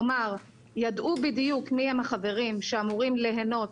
כלומר ידעו בדיוק מי הם החברים שאמורים ליהנות